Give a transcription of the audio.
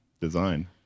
design